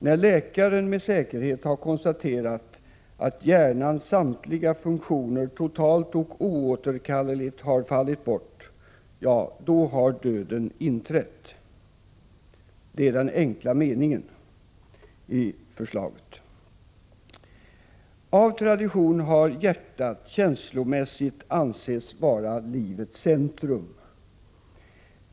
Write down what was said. När läkaren med säkerhet har konstaterat att hjärnans samtliga funktioner totalt och oåterkalleligt har fallit bort, då har döden inträtt. Det är den enkla meningen i förslaget. Av tradition har hjärtat känslomässigt ansetts vara livets centrum.